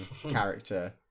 character